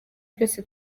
byose